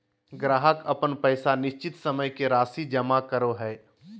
ग्राहक अपन पैसा निश्चित समय के राशि जमा करो हइ